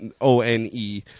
o-n-e